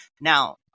now